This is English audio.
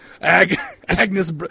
Agnes